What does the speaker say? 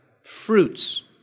fruits